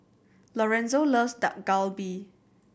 Lorenzo loves Dak Galbi